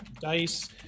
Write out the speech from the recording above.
dice